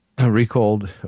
recalled